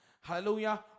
Hallelujah